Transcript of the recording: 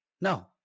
No